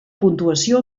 puntuació